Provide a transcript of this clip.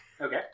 Okay